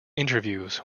interviews